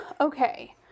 okay